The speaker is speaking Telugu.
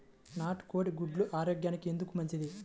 నాటు కోడి గుడ్లు ఆరోగ్యానికి ఎందుకు మంచిది?